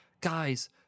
Guys